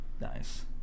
Nice